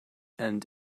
and